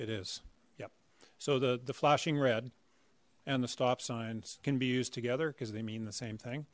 it is yep so the the flashing red and the stop signs can be used together because they mean the same thing